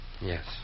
Yes